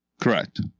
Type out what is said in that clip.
Correct